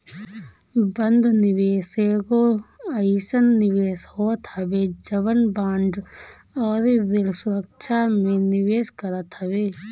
बंध निवेश एगो अइसन निवेश होत हवे जवन बांड अउरी ऋण सुरक्षा में निवेश करत हवे